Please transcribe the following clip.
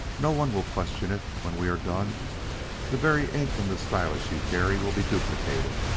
no one will question it when we are done the very ink in the stylus you carry will be duplicated.